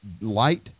light